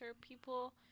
people